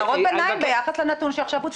זה הערות ביניים ביחס לנתון שעכשיו הוא נתן.